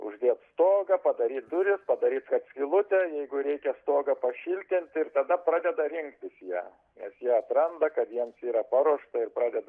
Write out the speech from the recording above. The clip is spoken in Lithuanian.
uždėt stogą padaryt duris padaryt kad skylutė jeigu reikia stogą pašiltint ir tada pradeda rinktis jie nes jie atranda kad jiems yra paruošta ir pradeda